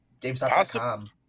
GameStop.com